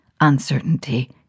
uncertainty